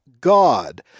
God